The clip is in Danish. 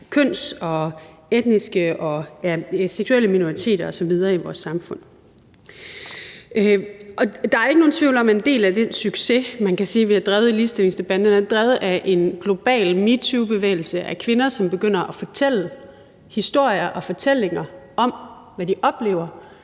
køns- og etniske og seksuelle minoriteter osv. i vores samfund. Der er jo ikke nogen tvivl om, at en del af den succes, man kan sige har drevet ligestillingsdebatten, er drevet af en global metoobevægelse af kvinder, som begynder at fortælle historier og fortællinger om, hvad de oplever,